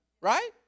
right